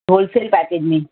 whole cell package میں